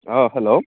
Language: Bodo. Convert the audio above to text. अ हेल्ल'